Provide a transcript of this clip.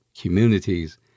communities